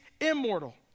immortal